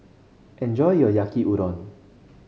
enjoy your Yaki Udon